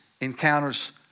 encounters